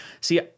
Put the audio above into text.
See